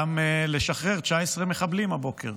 גם לשחרר 19 מחבלים הבוקר.